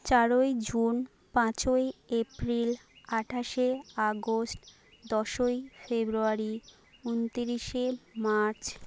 চারই জুন পাঁচই এপ্রিল আঠাশে আগস্ট দশই ফেব্রুয়ারি উনতিরিশে মার্চ